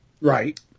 right